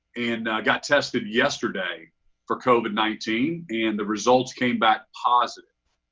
you know got tested yesterday for covid nineteen and the results came back positive.